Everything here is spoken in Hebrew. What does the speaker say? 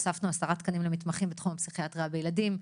הוספנו 10 תקנים למתמחים בתחום הפסיכיאטריה בילדים.